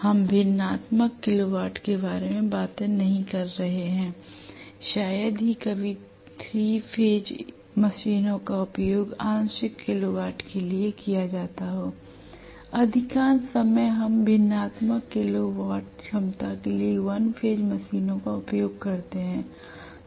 हम भिन्नात्मक kilowatt के बारे में बात नहीं कर रहे हैं शायद ही कभी 3 फेज मशीनों का उपयोग आंशिक किलो वाट के लिए किया जाता हो अधिकांश समय हम भिन्नात्मक किलो वाट क्षमता के लिए 1 फेज मशीनों का उपयोग करते हैं